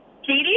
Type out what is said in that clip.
Katie